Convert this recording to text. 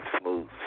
smooth